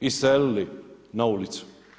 iselili na ulicu.